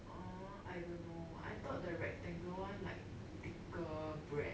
oh I don't know I thought the rectangle one like